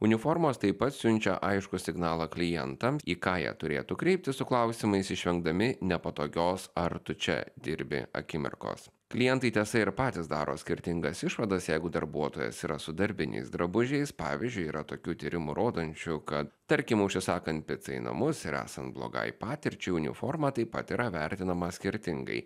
uniformos taip pat siunčia aiškų signalą klientams į ką jie turėtų kreiptis su klausimais išvengdami nepatogios ar tu čia dirbi akimirkos klientai tiesa ir patys daro skirtingas išvadas jeigu darbuotojas yra su darbiniais drabužiais pavyzdžiui yra tokių tyrimų rodančių kad tarkim užsisakant picą į namus ir esant blogai patirčiai uniforma taip pat yra vertinama skirtingai